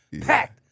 Packed